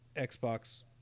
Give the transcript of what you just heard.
Xbox